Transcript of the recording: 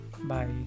Bye